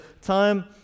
time